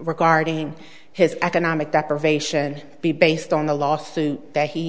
regarding his economic deprivation be based on the lawsuit that he